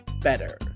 better